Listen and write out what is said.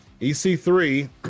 ec3